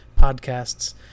podcasts